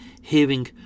hearing